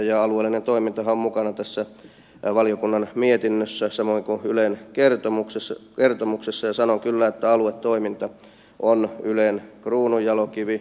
alueellinen toimintahan on mukana tässä valiokunnan mietinnössä samoin kuin ylen kertomuksessa ja sanon kyllä että aluetoiminta on ylen kruununjalokivi